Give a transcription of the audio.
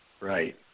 Right